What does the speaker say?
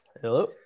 hello